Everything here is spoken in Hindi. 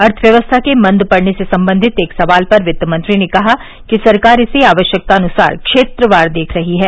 अर्थव्यवस्था के मंद पड़ने से संबंधित एक सवाल पर वित्त मंत्री ने कहा कि सरकार इसे आवश्यकतानुसार क्षेत्रवार देख रही है